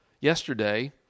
Yesterday